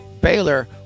Baylor